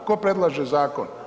Tko predlaže zakon?